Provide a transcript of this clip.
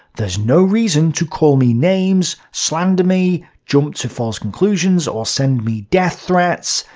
that's no reason to call me names, slander me, jump to false conclusions or send me death threats.